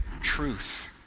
Truth